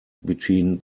between